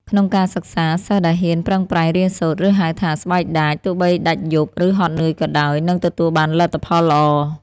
ក្នុងការសិក្សា សិស្សដែលហ៊ានប្រឹងប្រែងរៀនសូត្រ ឬហៅថា ស្បែកដាច ទោះបីដាច់យប់ ឬហត់នឿយក៏ដោយ នឹងទទួលបានលទ្ធផលល្អ។